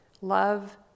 Love